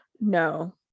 No